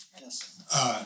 Yes